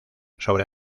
sobre